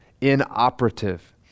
inoperative